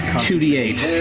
two d eight.